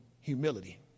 humility